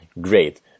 great